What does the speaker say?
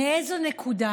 באיזו נקודה,